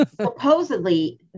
Supposedly